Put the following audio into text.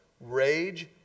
rage